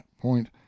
point